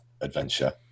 adventure